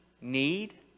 need